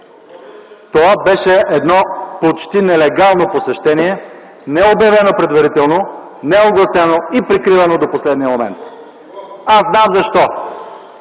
Това беше едно почти нелегално посещение, необявено предварително, неогласено и прикривано до последния момент. Аз знам защо.